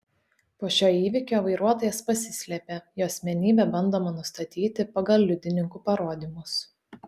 po šio įvykio vairuotojas pasislėpė jo asmenybę bandoma nustatyti pagal liudininkų parodymus